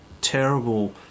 terrible